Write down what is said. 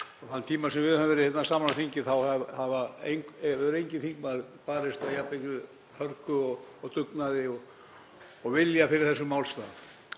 Þann tíma sem við höfum verið hérna saman á þinginu hefur enginn þingmaður barist af jafn mikilli hörku og dugnaði og vilja fyrir þessum málstað